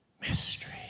Mystery